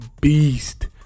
beast